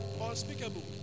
unspeakable